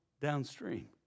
downstream